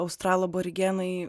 australų aborigenai